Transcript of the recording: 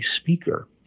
speaker